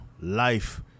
life